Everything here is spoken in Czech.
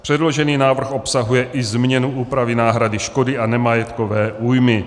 Předložený návrh obsahuje i změnu úpravy náhrady škody a nemajetkové újmy.